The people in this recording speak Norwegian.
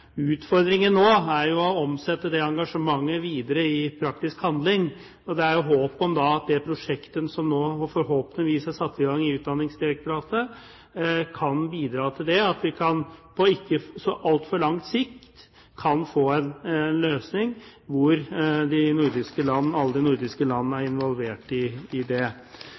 Utfordringen nå er å omsette det engasjementet videre i praktisk handling, og det er håp om at det prosjektet som nå forhåpentligvis er satt i gang i Utdanningsdirektoratet, kan bidra til det, at vi på ikke så altfor lang sikt kan få en løsning hvor alle de nordiske landene er involvert. Som jeg har sagt tidligere: Dette er kulturpolitikk og ikke minst næringspolitikk. Det